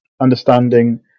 understanding